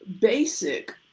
basic